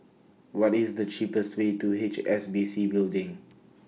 What IS The cheapest Way to H S B C Building